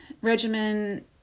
regimen